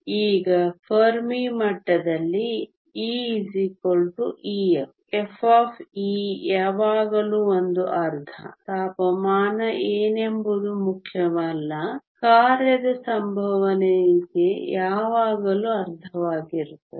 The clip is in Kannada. ಈಗ ಫೆರ್ಮಿ ಮಟ್ಟದಲ್ಲಿ E Ef f ಯಾವಾಗಲೂ ಒಂದು ಅರ್ಧ ತಾಪಮಾನ ಏನೆಂಬುದು ಮುಖ್ಯವಲ್ಲ ಕಾರ್ಯದ ಸಂಭವನೀಯತೆ ಯಾವಾಗಲೂ ಅರ್ಧವಾಗಿರುತ್ತದೆ